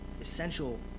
essential